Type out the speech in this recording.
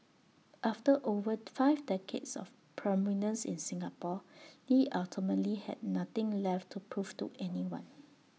after over five decades of prominence in Singapore lee ultimately had nothing left to prove to anyone